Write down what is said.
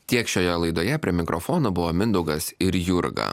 tiek šioje laidoje prie mikrofono buvo mindaugas ir jurga